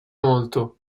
molto